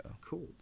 cool